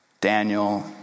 Daniel